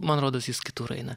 man rodos jis kitur eina